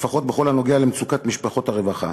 לפחות בכל הקשור למצוקת משפחות הרווחה.